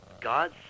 God